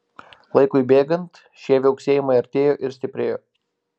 laikui bėgant šie viauksėjimai artėjo ir stiprėjo